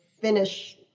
finish